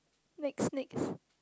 late snacks